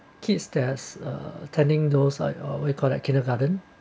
kids that's uh turning those uh uh what you call that kindergarten